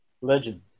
Legend